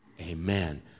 Amen